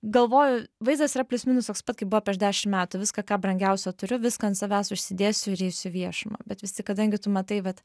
galvoju vaizdas yra plius minus toks pat kaip buvo prieš dešimt metų viską ką brangiausio turiu viską ant savęs užsidėsiu ir eisiu į viešumą bet vis tik kadangi tu matai vat